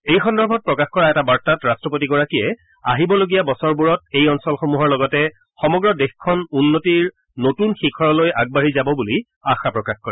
এই সন্দৰ্ভত প্ৰকাশ কৰা এটা বাৰ্তাত ৰট্টপতিগৰাকীয়ে আহিবলগীয়া বছৰবোৰত এই অঞ্চলসমূহৰ লগতে সমগ্ৰ দেশখন উন্নতিৰ নতুন শিখৰলৈ আগবাঢ়ি যাব বুলি আশা প্ৰকাশ কৰে